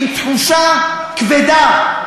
עם תחושה כבדה.